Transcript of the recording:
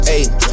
Ayy